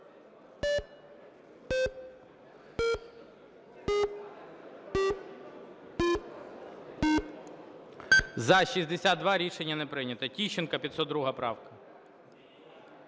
За-62 Рішення не прийнято. Тищенко, 502 правка.